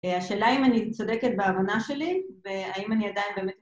השאלה אם אני צודקת בהבנה שלי והאם אני עדיין באמת...